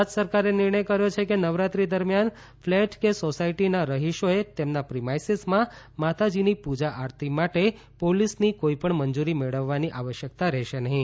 ગુજરાત સરકારે નિર્ણય કર્યો છે કે નવરાત્રી દરમિયાન ફ્લેટ કે સોસાયટીઓના રહિશોએ તેમના પ્રીમાઇસીસમાં માતાજીની પૂજા આરતી માટે પોલીસની કોઇપણ મંજૂરી મેળવવાની આવશ્યકતા રહેશે નહિ